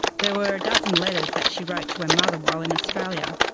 there were a dozen letters that she wrote to her mother while in australia,